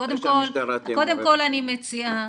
קודם כל אני מציעה